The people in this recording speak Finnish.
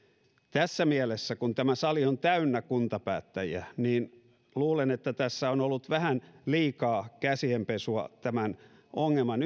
tässä mielessä kun tämä sali on täynnä kuntapäättäjiä niin luulen että tässä on ollut vähän liikaa käsien pesua tämän ongelman